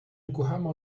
yokohama